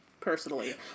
Personally